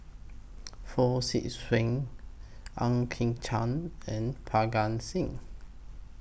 Fong Swee Suan Ang Chwee Chai and Parga Singh